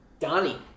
Donnie